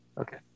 Okay